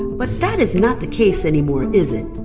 but that is not the case anymore, is it?